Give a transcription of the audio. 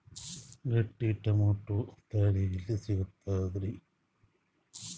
ಗಟ್ಟಿ ಟೊಮೇಟೊ ತಳಿ ಎಲ್ಲಿ ಸಿಗ್ತರಿ?